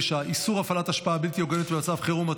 69) (איסור הפעלת השפעה בלתי הוגנת במצב חירום),